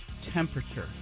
temperature